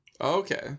Okay